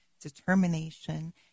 determination